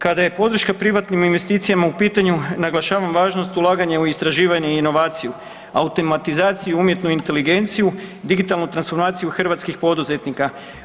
Kada je podrška privatnim investicijama u pitanju naglašavam važnost ulaganja u istraživanje i inovaciju, automatizaciju, umjetnu inteligenciju, digitalnu transformaciju hrvatskih poduzetnika.